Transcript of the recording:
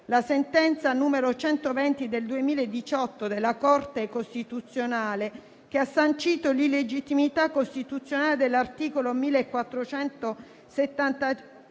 la sentenza n. 120 del 2018 della Corte costituzionale ha sancito infatti l'illegittimità costituzionale dell'articolo 1475,